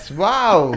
wow।